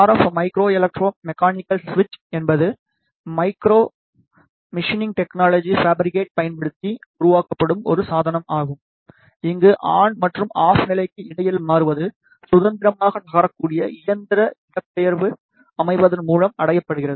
F micro electro mechanical சுவிட்ச் என்பது micro machining technology fabricate பயன்படுத்தி உருவாக்கப்படும் ஒரு சாதனம் ஆகும் இங்கு ஆன் மற்றும் ஆஃப் நிலைக்கு இடையில் மாறுவது சுதந்திரமாக நகரக்கூடிய இயந்திர இடப்பெயர்வு அமைப்பு மூலம் அடையப்படுகிறது